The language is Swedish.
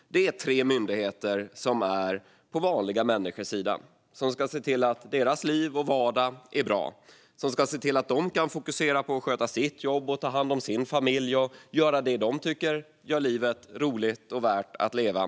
Detta är tre myndigheter som är på vanliga människors sida och som ska se till att deras liv och vardag är bra och att de kan fokusera på att sköta sitt jobb, ta hand om sin familj och göra det som de tycker gör livet roligt och värt att leva.